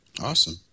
Awesome